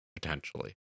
potentially